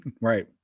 right